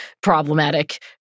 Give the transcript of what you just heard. problematic